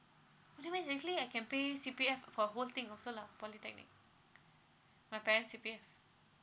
would that mean actually I can play C_P_F for whole thing also lah polytechnic my parents C_P_F